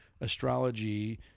astrology